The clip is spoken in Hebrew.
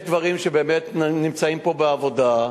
יש דברים שבאמת נמצאים פה בעבודה.